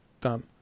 Done